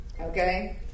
Okay